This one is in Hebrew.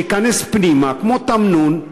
להיכנס פנימה כמו תמנון,